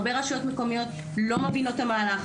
הרבה רשויות מקומיות לא מבינות את המהלך,